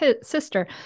sister